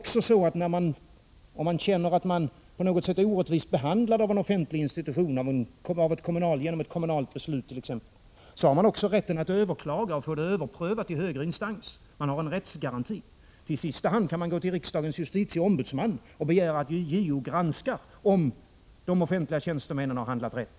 Känner man t.ex. att man har blivit orättvist behandlad genom ett kommunalt beslut, har man rätt att överklaga och få saken prövad i högre instans. Man har en rättsgaranti, och i sista hand kan man gå till riksdagens justitieombudsman och begära att JO granskar om de offentliga tjänstemännen har handlat rätt.